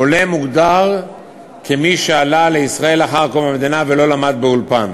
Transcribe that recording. "עולה" מוגדר מי שעלה לישראל לאחר קום המדינה ולא למד באולפן.